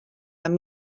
amb